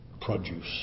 produce